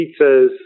pizzas